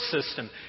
system